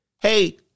hey